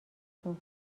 تون